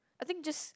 I think just